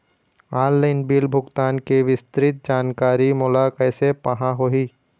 Online bill भुगतान के विस्तृत जानकारी मोला कैसे पाहां होही?